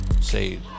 say